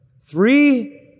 Three